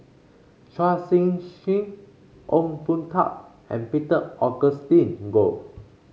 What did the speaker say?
Chua Sian Chin Ong Boon Tat and Peter Augustine Goh